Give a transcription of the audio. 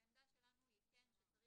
העמדה שלנו היא שכן,